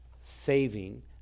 saving